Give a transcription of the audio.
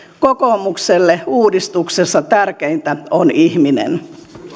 kokoomukselle uudistuksessa tärkeintä on ihminen